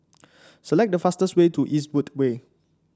select the fastest way to Eastwood Way